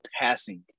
passing